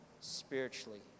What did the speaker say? spiritually